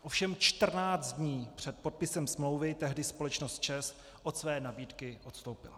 Ovšem čtrnáct dní před podpisem smlouvy tehdy společnost ČEZ od své nabídky odstoupila.